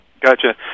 Gotcha